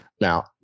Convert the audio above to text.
Now